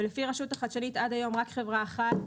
ולפי רשות החדשנות עד היום רק חברה אחת,